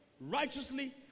righteously